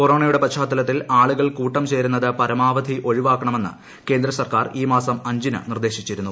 കൊറോണയുടെ പർച്ചാത്തലത്തിൽ ആളുകൾ കൂട്ടം ചേരുന്നത് പരമാവധി ഒഴിവാക്കുണ്ട്മെന്ന് കേന്ദ്രസർക്കാർ ഈ മാസം അഞ്ചിന് നിർദ്ദേശിച്ചിരുന്നു